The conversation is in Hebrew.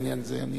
בעניין זה.